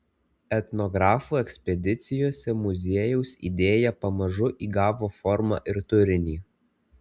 etnografų ekspedicijose muziejaus idėja pamažu įgavo formą ir turinį